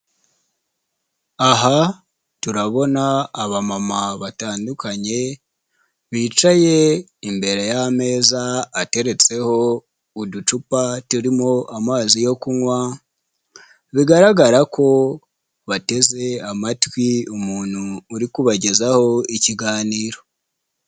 Aha turabona abamama batandukanye bicaye imbere y'ameza ateretseho uducupa turimo amazi yo kunywa, bigaragara ko bateze amatwi umuntu uri kubagezaho ikiganiro.